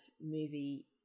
movie